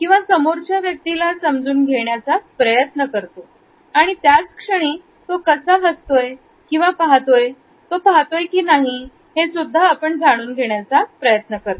किंवा समोरच्या व्यक्तीला समजून घेण्याचा प्रयत्न करतो आणि त्याच क्षणी तो कसा हसतोय किंवा पाहतोय की नाही हेसुद्धा जाणून घेण्याचा आपण प्रयत्न करतो